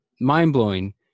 mind-blowing